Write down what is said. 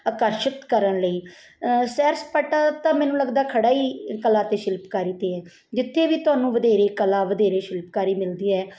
ਆਕਰਸ਼ਿਤ ਕਰਨ ਲਈ ਸੈਰ ਸਪਾਟਾ ਤਾਂ ਮੈਨੂੰ ਲੱਗਦਾ ਖੜ੍ਹਾ ਹੀ ਕਲਾ ਅਤੇ ਸ਼ਿਲਪਕਾਰੀ 'ਤੇ ਹੈ ਜਿੱਥੇ ਵੀ ਤੁਹਾਨੂੰ ਵਧੇਰੇ ਕਲਾ ਵਧੇਰੇ ਸ਼ਿਲਪਕਾਰੀ ਮਿਲਦੀ ਹੈ